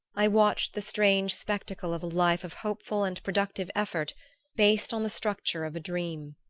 i watched the strange spectacle of a life of hopeful and productive effort based on the structure of a dream.